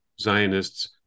Zionists